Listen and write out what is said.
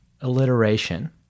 alliteration